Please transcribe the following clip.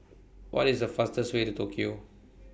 What IS The fastest Way to Tokyo